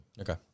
Okay